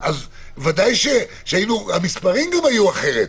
ודאי שהמספרים גם היו אחרת,